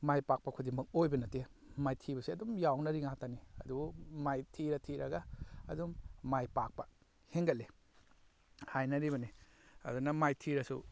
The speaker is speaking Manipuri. ꯃꯥꯏꯄꯥꯛꯄ ꯈꯨꯗꯤꯡꯃꯛ ꯑꯣꯏꯕ ꯅꯠꯇꯦ ꯃꯥꯏꯊꯤꯕꯁꯦ ꯑꯗꯨꯝ ꯌꯥꯎꯅꯔꯤꯕ ꯉꯛꯇꯅꯤ ꯑꯗꯨꯕꯨ ꯃꯥꯏ ꯊꯤꯔ ꯊꯤꯔꯒ ꯑꯗꯨꯝ ꯃꯥꯏꯄꯥꯛꯄ ꯍꯦꯟꯒꯠꯂꯤ ꯍꯥꯏꯅꯔꯤꯕꯅꯤ ꯑꯗꯨꯅ ꯃꯥꯏꯊꯤꯔꯁꯨ